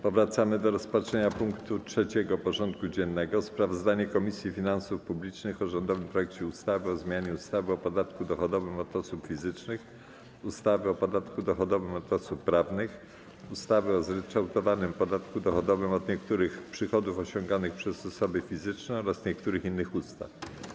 Powracamy do rozpatrzenia punktu 3. porządku dziennego: Sprawozdanie Komisji Finansów Publicznych o rządowym projekcie ustawy o zmianie ustawy o podatku dochodowym od osób fizycznych, ustawy o podatku dochodowym od osób prawnych, ustawy o zryczałtowanym podatku dochodowym od niektórych przychodów osiąganych przez osoby fizyczne oraz niektórych innych ustaw.